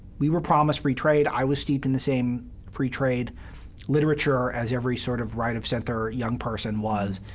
we were promised free trade. i was steeped in the same free trade literature as every sort of right-of-center young person was.